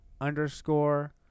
underscore